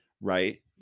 right